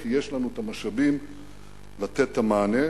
כי יש לנו המשאבים לתת את המענה.